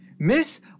Miss